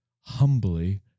humbly